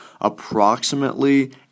approximately